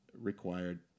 required